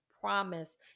promise